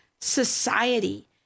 society